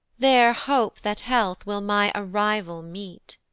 there hope that health will my arrival meet.